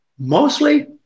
Mostly